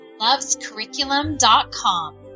lovescurriculum.com